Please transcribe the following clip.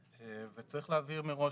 צריך להבהיר מראש,